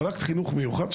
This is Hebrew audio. בדקת חינוך מיוחד,